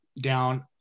down